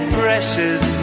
precious